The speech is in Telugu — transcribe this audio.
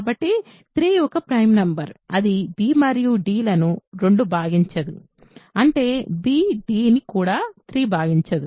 కాబట్టి 3 ఒక ప్రైమ్ నెంబర్ అది b మరియు d లను 2 భాగించదు అంటే b dని కూడా 3 భాగించదు